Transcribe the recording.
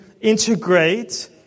integrate